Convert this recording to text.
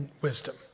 wisdom